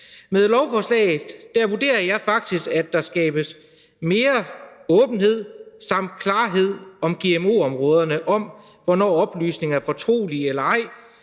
Med lovforslaget vurderer jeg faktisk, at der skabes mere åbenhed og klarhed om gmo-områderne om, hvornår oplysninger er fortrolige eller ej,